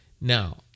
Now